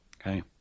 Okay